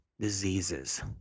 diseases